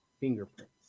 fingerprints